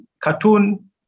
cartoon